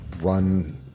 run